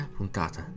puntata